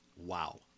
Wow